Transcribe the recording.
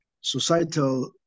societal